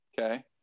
Okay